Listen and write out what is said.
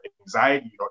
anxiety